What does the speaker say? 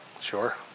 Sure